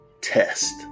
test